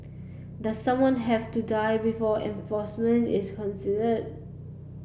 does someone have to die before enforcement is consider